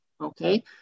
okay